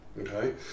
okay